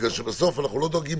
בגלל שבסוף אנחנו לא דואגים